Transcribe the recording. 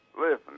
Listen